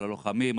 על הלוחמים,